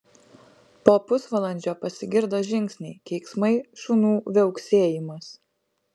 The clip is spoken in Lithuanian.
po pusvalandžio pasigirdo žingsniai keiksmai šunų viauksėjimas